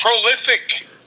prolific